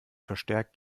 verstärkt